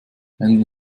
ändern